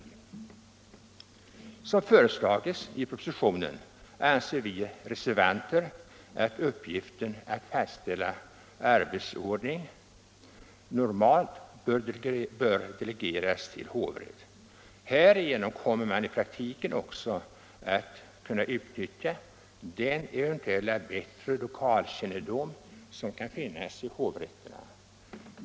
I likhet med vad som föreslagits i propositionen anser vi reservanter att uppgiften att fastställa arbetsordning normalt bör delegeras till hovrätt. Härigenom kommer man i praktiken också att kunna utnyttja den eventuella bättre lokalkännedom som kan finnas i hovrätterna.